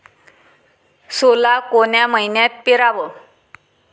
सोला कोन्या मइन्यात पेराव?